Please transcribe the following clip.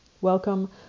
welcome